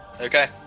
Okay